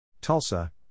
Tulsa